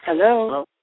Hello